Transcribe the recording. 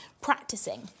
practicing